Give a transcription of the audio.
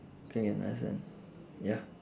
K understand ya